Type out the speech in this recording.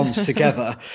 together